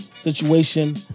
situation